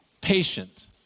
Patient